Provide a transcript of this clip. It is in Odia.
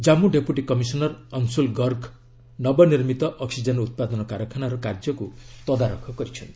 ଜାମ୍ମୁ ଡେପୁଟୀ କମିସନର ଅଂସୁଲ ଗର୍ଗ ନବନିର୍ମିତ ଅକ୍ଟିଜେନ୍ ଉତ୍ପାଦନ କାରଖାନାର କାର୍ଯ୍ୟ ତଦାରଖ କରିଛନ୍ତି